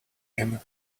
him